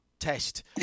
Test